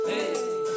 Hey